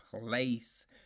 Place